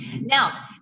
now